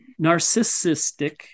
narcissistic